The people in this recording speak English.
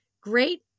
Great